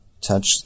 touch